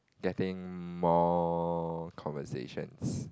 ya I think more conversations